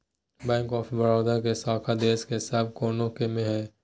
bank of Baroda के शाखा देश के सब कोना मे हय